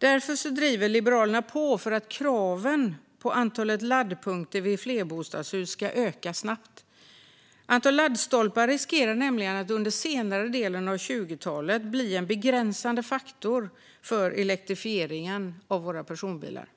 Därför driver Liberalerna på för att kraven på antalet laddpunkter vid flerbostadshus ska öka snabbt. Antalet laddstolpar riskerar nämligen under senare delen av 20-talet att bli en begränsande faktor för elektrifieringen av våra personbilar.